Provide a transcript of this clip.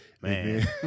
Man